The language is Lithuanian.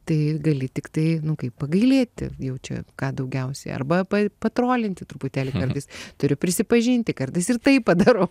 tai gali tiktai kaip pagailėti jau čia ką daugiausiai arba pa patrolinti truputėlį kartais turiu prisipažinti kartais ir tai padarau